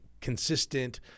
consistent